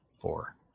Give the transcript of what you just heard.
Four